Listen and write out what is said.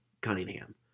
Cunningham